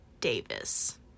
Davis